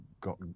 got